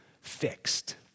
fixed